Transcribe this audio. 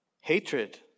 hatred